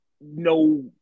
no